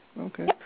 Okay